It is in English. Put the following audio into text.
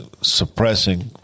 suppressing